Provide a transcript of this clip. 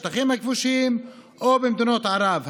בשטחים הכבושים או במדינות ערב,